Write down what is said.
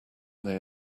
they